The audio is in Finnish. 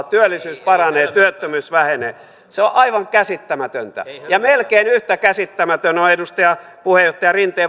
työllisyys paranee työttömyys vähenee on aivan käsittämätöntä ja melkein yhtä käsittämätön on on edustaja puheenjohtaja rinteen